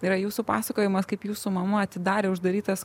yra jūsų pasakojimas kaip jūsų mama atidarė uždarytas